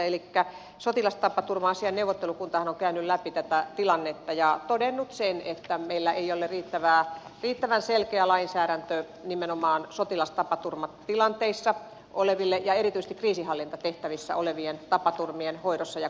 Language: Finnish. elikkä sotilastapaturma asiain neuvottelukuntahan on käynyt läpi tätä tilannetta ja todennut sen että meillä ei ole riittävän selkeä lainsäädäntö nimenomaan sotilastapaturmatilanteissa oleville ja erityisesti kriisinhallintatehtävissä olevien tapaturmien hoidosta ja kuntoutuksesta